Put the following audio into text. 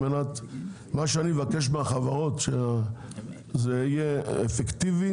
מה שאני מבקש מהחברות, כדי שזה יהיה אפקטיבי